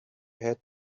had